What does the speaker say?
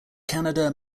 canada